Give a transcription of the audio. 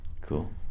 cool